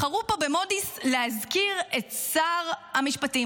בחרו במודי'ס להזכיר את שר המשפטים,